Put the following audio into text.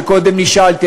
שקודם נשאלתי,